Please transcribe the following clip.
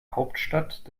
hauptstadt